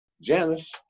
Janice